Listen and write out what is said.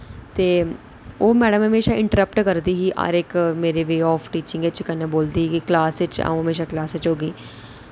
ते ओह् मैडम हमेशा इंटरप्ट करदी ही हर इक मेरे व्यू आफ टीचिंग बिच कन्नै बोलदी ही कि क्लास च अ'ऊं म्हेशां क्लासै च होगी